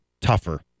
tougher